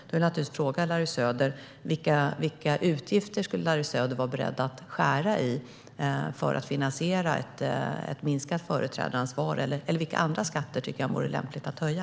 Därför frågar jag Larry Söder: Vilka utgifter är Larry Söder beredd att skära i för att finansiera ett minskat företrädaransvar? Eller vilka skatter tycker han att det är lämpligt att höja?